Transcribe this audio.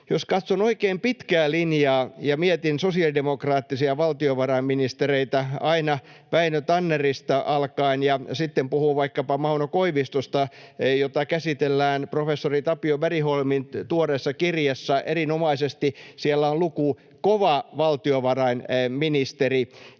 niin katson oikein pitkää linjaa ja mietin sosiaalidemokraattisia valtiovarainministereitä aina Väinö Tannerista alkaen ja sitten puhun vaikkapa Mauno Koivistosta, jota käsitellään professori Tapio Bergholmin tuoreessa kirjassa erinomaisesti. Siellä on luku Vahva valtiovarainministeri,